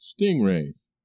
stingrays